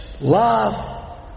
love